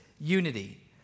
unity